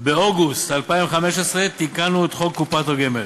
באוגוסט 2015 תיקנו את חוק קופות הגמל.